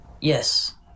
Yes